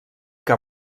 que